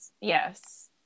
Yes